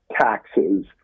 taxes